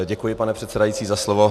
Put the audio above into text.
Děkuji, pane předsedající, za slovo.